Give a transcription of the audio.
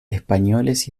españoles